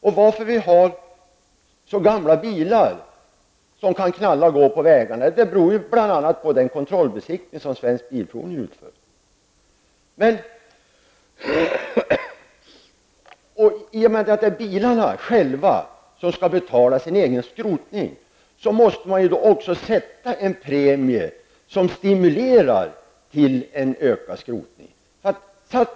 Anledningen till att det finns så gamla bilar på vägarna är bl.a. den kontrollbesiktning som utförs av Svensk Bilprovning. I och med att bilarna själva så att säga skall betala sin egen skrotning måste det finnas en premie som stimulerar till att man skrotar bilar i ökad utsträckning.